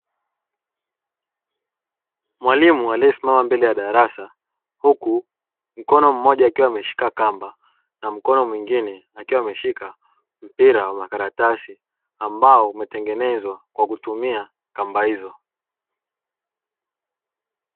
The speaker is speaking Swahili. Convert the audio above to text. Mwalimu aliyesimama mbele ya darasa, huku mkono mmoja akiwa ameshika kamba na mkono mwingine akiwa ameshika mpira wa makaratasi; ambao umetengenezwa kwa kutumia kamba hizo.